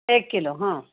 एक किलो हां